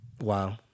Wow